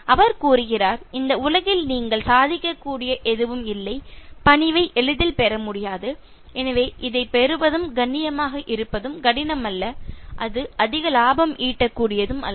அவர் கூறுகிறார் இந்த உலகில் நீங்கள் சாதிக்கக்கூடிய எதுவும் இல்லை பணிவை எளிதில் பெறமுடியாது எனவே இதைப் பெறுவதும் கண்ணியமாக இருப்பது கடினம் அல்ல அது அதிக லாபம் ஈட்டக்கூடியது அல்ல